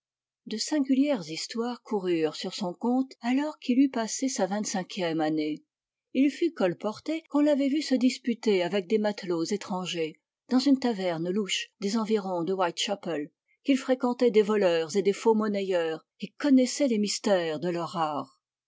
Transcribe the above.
de singulières histoires coururent sur son compte alors qu'il eut passé sa vingt-cinquième année il fut colporté qu'on l'avait vu se disputer avec des matelots étrangers dans une taverne louche des environs de whitechapel qu'il fréquentait des voleurs et des faux monnayeurs et connaissait les mystères de leur art